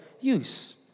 use